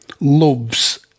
loves